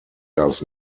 does